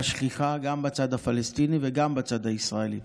שכיחה גם בצד הפלסטיני וגם בצד הישראלי.